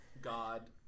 God